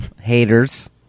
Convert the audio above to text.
haters